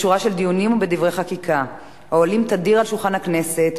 בשורה של דיונים ודברי חקיקה העולים תדיר על שולחן הכנסת,